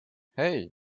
hey